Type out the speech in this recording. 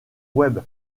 web